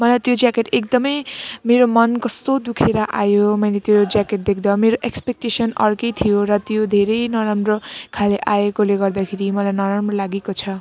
मलाई त्यो ज्याकेट एकदमै मेरो मन कस्तो दुखेर आयो मैले त्यो ज्याकेट देख्दा मेरो एक्सपेक्टेसन अर्कै थियो र त्यो धेरै नराम्रो खाले आएकोले गर्दाखेरि मलाई नराम्रो लागेको छ